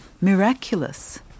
Miraculous